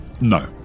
No